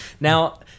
Now